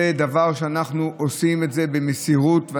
זה דבר שאנחנו עושים במסירות,